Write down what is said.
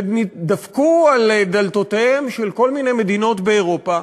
ודפקו על דלתותיהן של הרבה מדינות מאירופה,